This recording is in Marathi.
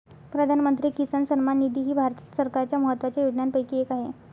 प्रधानमंत्री किसान सन्मान निधी ही भारत सरकारच्या महत्वाच्या योजनांपैकी एक आहे